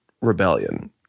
rebellion